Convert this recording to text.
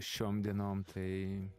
šiom dienom tai